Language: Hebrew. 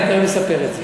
אני תכף אספר את זה.